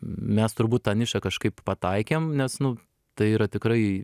mes turbūt tą nišą kažkaip pataikėm nes nu tai yra tikrai